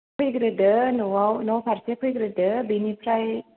फैग्रोदो नआव न फारसे फैग्रोदो बेनिफ्राय